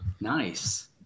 Nice